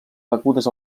begudes